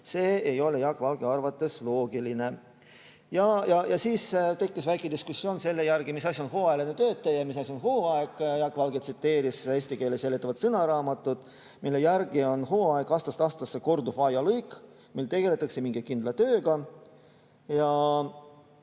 See ei ole Jaak Valge arvates loogiline. Ja siis tekkis väike diskussioon selle üle, mis asi on hooajaline töötaja ja mis on hooaeg. Jaak Valge tsiteeris "Eesti keele seletavat sõnaraamatut", mille järgi on hooaeg aastast aastasse korduv ajalõik, mil tegeldakse mingi kindla tööga. Tema